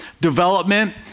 development